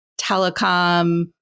telecom